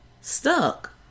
stuck